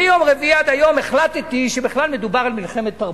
מיום רביעי עד היום החלטתי שבכלל מדובר על מלחמת תרבות.